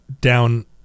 down